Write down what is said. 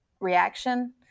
reaction